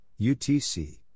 UTC